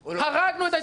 הרגנו את ההתיישבות.